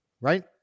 right